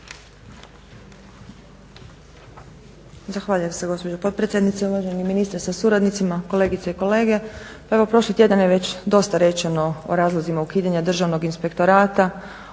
Zahvaljujem se gospođo potpredsjednice. Uvaženi ministre sa suradnicima, kolegice i kolege. Pa evo prošli tjedan je već dosta rečeno o razlozima ukidanja Državnog inspektorata,